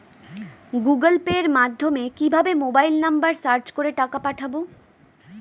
Google Pay মাধ্যমে কিভাবে mobile number search করে টাকা পাঠাবো?